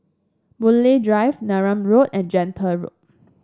Boon Lay Drive Neram Road and Gentle Road